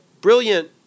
brilliant